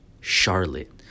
Charlotte